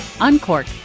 uncork